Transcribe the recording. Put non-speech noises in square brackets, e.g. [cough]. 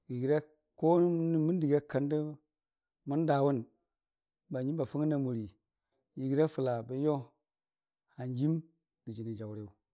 [unintelligible] nanʊ mən dəgiiya kan də mən daawʊn bahanjiimba fʊngngən a murii yəgiira fəla bən yo n'hanjiim rə jənii jaʊriyʊ.